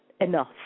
enough